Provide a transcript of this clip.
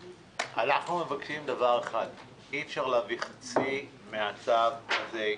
אנחנו מבקשים דבר אחד: אי אפשר להביא חצי מהצו הזה.